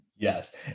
Yes